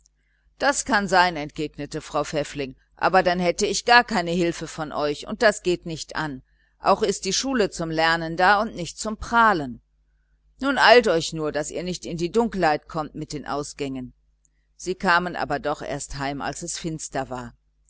das kann sein entgegnete frau pfäffling aber dann hätte ich gar keine hilfe von euch und das geht nicht an auch ist die schule zum lernen da und nicht zum prahlen nun eilt euch nur daß ihr nicht in die dunkelheit kommt mit den ausgängen sie kamen aber doch erst heim als es finster war